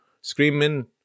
screaming